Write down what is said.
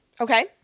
Okay